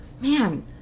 man